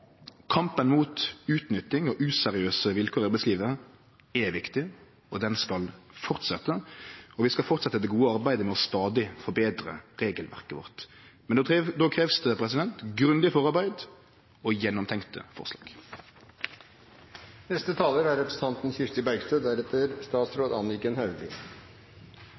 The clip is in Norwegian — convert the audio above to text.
Kampen mot utnytting og useriøse vilkår i arbeidslivet er viktig, og han skal fortsetje, og vi skal fortsetje det gode arbeidet med stadig å forbetre regelverket vårt. Men då krevst det grundig forarbeid og gjennomtenkte